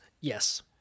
Yes